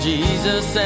Jesus